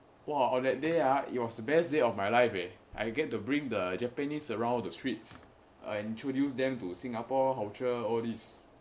!wah! on that day ah it was the best day of my life eh I get to bring the japanese around the streets and introduced them to singapore culture all these